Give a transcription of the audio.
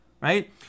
right